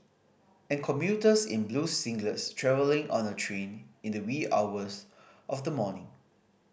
and commuters in blue singlets travelling on a train in the wee hours of the morning